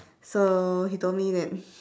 so he told me that